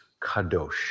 kadosh